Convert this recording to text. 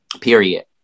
Period